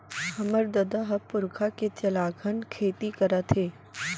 हमर ददा ह पुरखा के चलाघन खेती करत हे